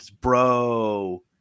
bro